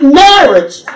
marriage